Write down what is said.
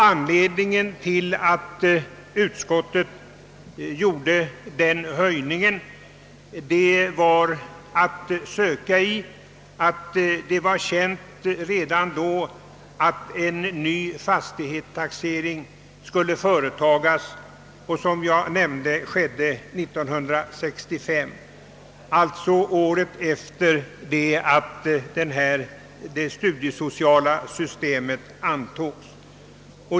Anledningen till att utskottet föreslog den höjningen var att det var känt redan då, att en ny fastighetstaxering skulle företas vilket, som jag nämnde, skedde 1965, alltså året efter det att det studiesociala systemet antogs.